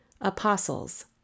apostles